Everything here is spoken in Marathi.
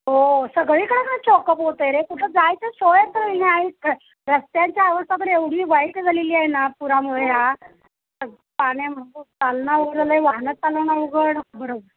हो सगळीकडे चॉकअप होतं आहे रे कुठं जायचं सोय तर नाहीच रस्त्यांच्या अवस्था पण एवढी वाईट झालेली आहे ना पुरामुळे ह्या पाण्या चालणं अवघड झालं आहे वाहनं चालवणं अवघड बरोबर